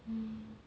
mm